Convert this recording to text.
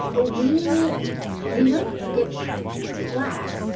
ah we we don't get flak,